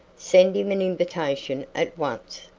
send him an invitation at once.